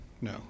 No